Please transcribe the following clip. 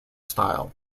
style